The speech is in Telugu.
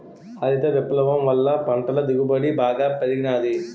హరిత విప్లవం వల్ల పంటల దిగుబడి బాగా పెరిగినాది